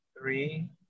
three